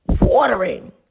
watering